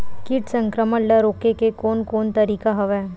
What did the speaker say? कीट संक्रमण ल रोके के कोन कोन तरीका हवय?